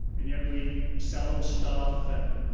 and yet we sell em stuff and